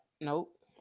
nope